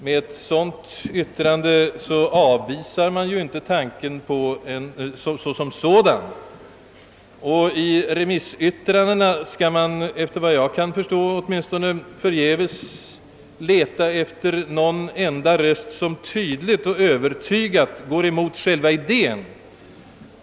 Med ett sådant yttrande avvisar man ju inte tanken som sådan, och i remissyttrandena skall man, efter vad jag kunnat finna, förgäves leta efter något enda yttrande som tydligt och övertygat går emot själva idén.